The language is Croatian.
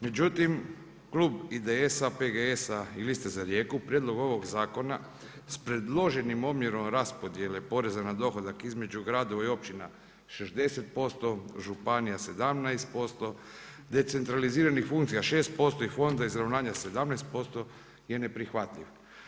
Međutim, klub IDS-a, PGS-a i Liste za Rijeku prijedlog ovog zakona s predloženim omjerom raspodjele poreza na dohodak između gradova i općina 60%, županija 17%, decentraliziranih funkcija 6% i Fonda izravnanja 15% je neprihvatljiv.